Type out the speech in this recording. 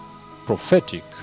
prophetic